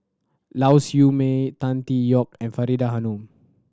Lau Siew Mei Tan Tee Yoke and Faridah Hanum